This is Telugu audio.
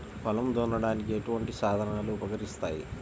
పొలం దున్నడానికి ఎటువంటి సాధనాలు ఉపకరిస్తాయి?